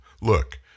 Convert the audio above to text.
look